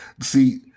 See